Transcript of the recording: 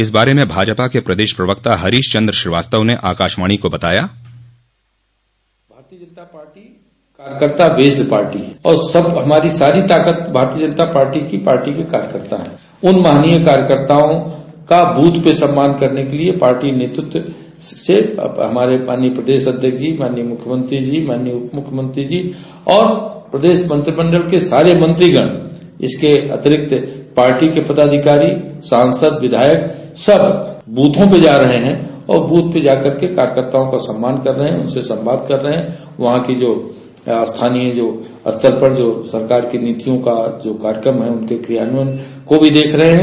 इस बारे में भाजपा के प्रदेश प्रवक्ता हरीश चन्द्र श्रीवास्तव ने आकाशवाणी को बताया भारतीय जनता पार्टी कार्यकर्ता बेस्ड पार्टी है और हमारी सारी ताकत भारतीय जनता पार्टी की पार्टी के कार्यकर्ता हैं उन महान कार्यकर्ताओं का ब्रथ पे सम्मान करने के लिए पार्टी नेतृत्व से हमारे माननीय प्रदेश अध्यक्ष जी माननीय मुख्यमंत्री जी माननीय उपमुख्यमंत्री जी और प्रदेश मंत्रिमंडल के सारे मंत्रीगण इसके अतिरिक्त पार्टी के पदाधिकारी सांसद विधायक सब ब्रथों पर जा रहे हैं और ब्रथ पर जा करके कार्यकर्ताओं का सम्मान कर रहे हैं उनसे संवाद कर रहे हैं वहां की स्थानीय स्तर पर जो सरकार की नीतियों का कार्यक्रम है उनके क्रियान्वयन को भी देख रहे हैं